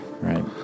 Right